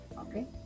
Okay